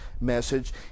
message